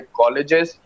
colleges